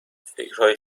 فکرهای